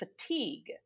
fatigue